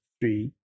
three